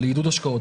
לעידוד השקעות.